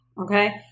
okay